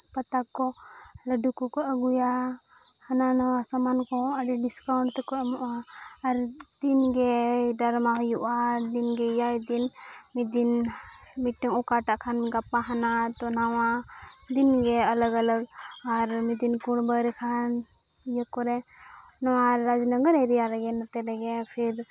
ᱠᱟᱛᱟ ᱠᱚ ᱞᱟᱹᱰᱩ ᱠᱚᱠᱚ ᱟᱹᱜᱩᱭᱟ ᱦᱟᱱᱟᱼᱱᱷᱟᱣᱟ ᱥᱟᱢᱟᱱ ᱠᱚᱦᱚᱸ ᱟᱹᱰᱤ ᱛᱮᱠᱚ ᱮᱢᱚᱜᱼᱟ ᱟᱨ ᱫᱤᱱᱜᱮ ᱦᱩᱭᱩᱜᱼᱟ ᱫᱤᱱᱜᱮ ᱮᱭᱟᱭ ᱫᱤᱱ ᱢᱤᱫ ᱫᱤᱱ ᱢᱤᱫᱴᱟᱝ ᱚᱠᱟᱴᱟᱜ ᱠᱷᱟᱱ ᱜᱟᱯᱟ ᱦᱟᱱᱟ ᱛᱳ ᱱᱷᱟᱣᱟ ᱫᱤᱱ ᱜᱮ ᱟᱞᱟᱜᱽᱼᱟᱞᱟᱜᱽ ᱟᱨ ᱢᱤᱫ ᱫᱤᱱ ᱠᱩᱲᱵᱟᱹ ᱨᱮᱠᱷᱟᱱ ᱤᱭᱟᱹ ᱠᱚᱨᱮ ᱱᱚᱣᱟ ᱨᱟᱡᱽᱱᱚᱜᱚᱨ ᱨᱮᱜᱮ ᱱᱚᱛᱮ ᱨᱮᱜᱮ ᱯᱷᱤᱨ